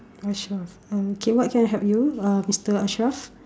Ashraf uh okay what can I help you uh Mister Ashraf